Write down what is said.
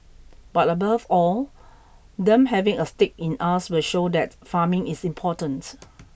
but above all them having a stake in us will show that farming is important